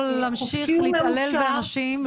הוא יכול להמשיך להתעלל באנשים,